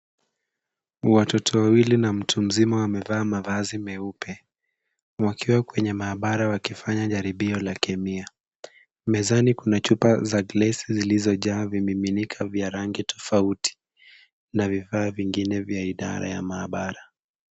Watoto wawili na mtu mzima wamevaa mavazi meupe wakiwa kwenye maabara wakifanya jaribio la kemia. Mezani kuna chupa za glesi zilizojaa vimiminika vya rangi tofauti na vifaa vingine vya idara ya maabara.